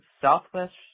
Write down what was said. Southwest